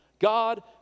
God